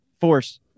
force